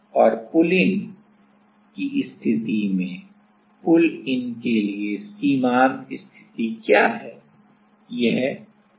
और pull in की स्थिति में पुल इन के लिए सीमांत स्थिति क्या है